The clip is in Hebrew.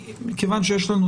כיוון שיש לנו,